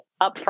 upfront